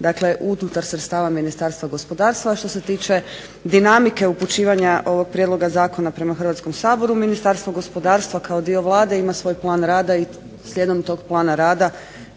dakle unutar sredstava Ministarstva gospodarstva. A što se tiče dinamike upućivanja ovog prijedloga zakona prema Hrvatskom saboru Ministarstvo gospodarstva kao dio Vlade ima svoj plan rada i slijedom tog plana rada